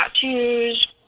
tattoos